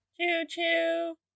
Choo-choo